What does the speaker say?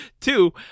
two